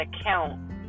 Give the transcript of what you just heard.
account